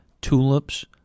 Tulips